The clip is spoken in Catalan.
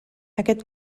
aquest